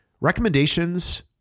recommendations